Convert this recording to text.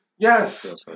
Yes